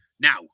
Now